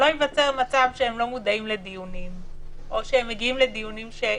שלא ייווצר מצב שהם לא מודעים לדיונים או שהם מגיעים לדיונים שבוטלו.